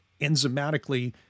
enzymatically